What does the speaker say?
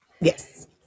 Yes